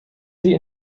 sie